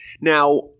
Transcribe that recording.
Now